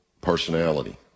personality